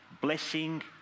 blessing